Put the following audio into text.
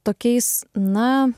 tokiais na